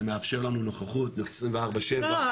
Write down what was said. זה מאפשר לנו נוכחות 24/7. לא,